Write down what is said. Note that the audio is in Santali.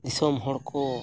ᱫᱤᱥᱚᱢ ᱦᱚᱲ ᱠᱚ